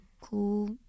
cool